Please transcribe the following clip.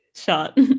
shot